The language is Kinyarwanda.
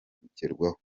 kugerwaho